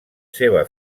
seva